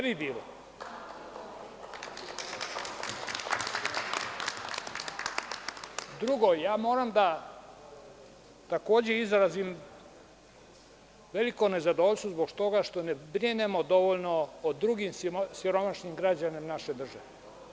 Drugo, moram takođe da izrazim veliko nezadovoljstvo zbog toga što ne brinemo dovoljno o drugim siromašnim građanima naše države.